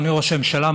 אדוני ראש הממשלה,